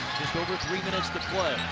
just over three minutes to play.